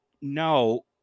no